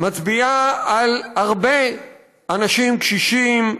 מצביעה על הרבה אנשים קשישים,